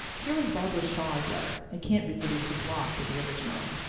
here is barbara shaw's letter. i can't reproduce the blots of the original.